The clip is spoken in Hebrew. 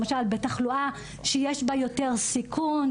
למשל תחלואה שיש בה יותר סיכון,